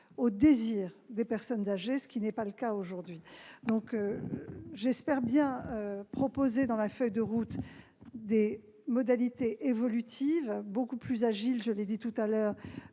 aux désirs des personnes âgées, ce qui n'est pas le cas aujourd'hui. J'espère donc bien proposer, dans la feuille de route, des modalités évolutives beaucoup plus agiles, permettant tout un